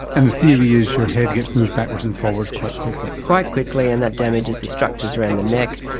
and the theory is your head gets moved backwards and forwards quite quickly. quite quickly, and that damages the structures around the neck.